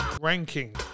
Ranking